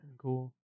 cool